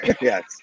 Yes